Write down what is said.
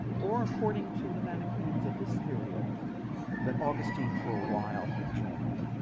or according to the manicheans of this period that augustine for a while joined,